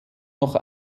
noch